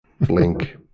Blink